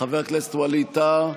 חבר הכנסת ווליד טאהא,